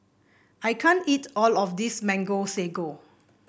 I can't eat all of this Mango Sago